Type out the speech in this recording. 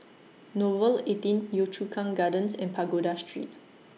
Nouvel eighteen Yio Chu Kang Gardens and Pagoda Street